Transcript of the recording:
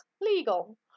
legal